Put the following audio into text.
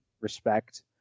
respect